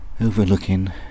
overlooking